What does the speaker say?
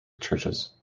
churches